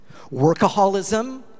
workaholism